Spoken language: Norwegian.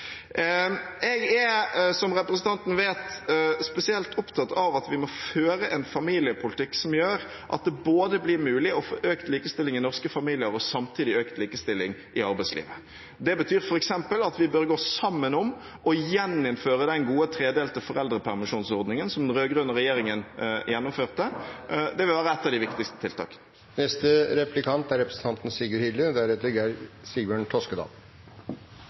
Jeg er, som representanten vet, spesielt opptatt av at vi må føre en familiepolitikk som gjør at det blir mulig å få økt likestilling i norske familier og samtidig økt likestilling i arbeidslivet. Det betyr f.eks. at vi bør gå sammen om å gjeninnføre den gode tredelte foreldrepermisjonsordningen som den rød-grønne regjeringen gjennomførte. Det vil være et av de viktigste